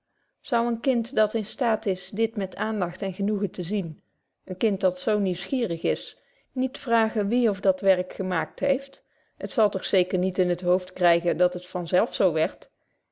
zou een kind dat in staat is dit met aandagt en genoegen te zien een kind dat zo nieuwsgierig is niet vragen wie of dat werk gemaakt heeft het zal toch zeker niet in t hoofd krygen dat het van zelf zo wierdt